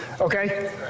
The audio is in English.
Okay